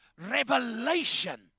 revelation